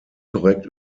korrekt